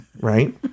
right